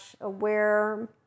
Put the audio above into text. aware